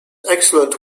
excellent